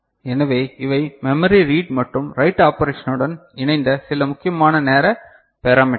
எனவே இவை memory read மற்றும் ரைட் ஆபரேஷனுடன் இணைந்த சில முக்கியமான நேர பெராமீட்டர்கள்